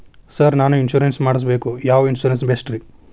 Sir ನಾನು insurance ಮಾಡಿಸಬೇಕು ಯಾವ ಇನ್ಶೂರೆನ್ಸ್ ಬೆಸ್ಟ್ರಿ?